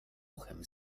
uchem